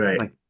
right